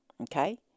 okay